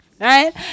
right